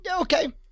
okay